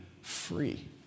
free